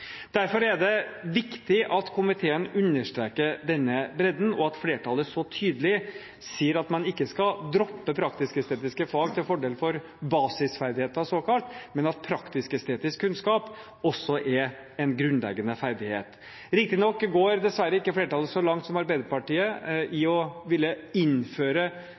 Derfor er det viktig at komiteen understreker denne bredden, og at flertallet så tydelig sier at man ikke skal droppe praktisk-estetiske fag til fordel for såkalte basisferdigheter, men at praktisk-estetisk kunnskap også er en grunnleggende ferdighet. Riktignok går dessverre ikke flertallet så langt som Arbeiderpartiet i å ville innføre